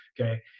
Okay